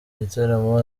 gitaramo